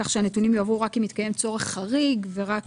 כך שהנתונים יועברו רק אם יתקיים צורך חריג ורק